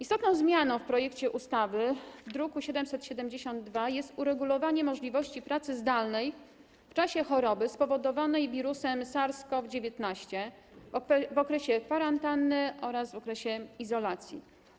Istotną zmianą zawartą w projekcie ustawy w druku nr 772 jest uregulowanie możliwości pracy zdalnej w czasie choroby spowodowanej wirusem SARS-CoV-19 w okresie kwarantanny oraz w okresie izolacji.